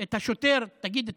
את השוטר: תגיד,